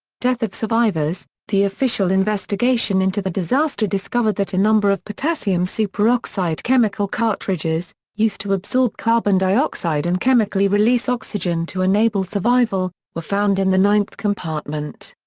death of survivors the official investigation into the disaster discovered that a number of potassium superoxide chemical cartridges, used to absorb carbon dioxide and chemically release oxygen to enable survival, were found in the ninth compartment.